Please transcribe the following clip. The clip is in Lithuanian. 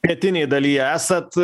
pietinėj dalyje esat